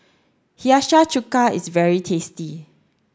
Hiyashi Chuka is very tasty